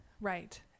Right